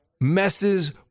messes